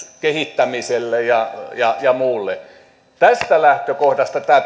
kehittämiselle ja ja muulle tästä lähtökohdasta tämän